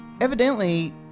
evidently